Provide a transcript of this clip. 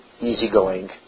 easy-going